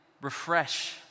refresh